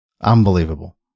Unbelievable